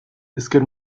ezker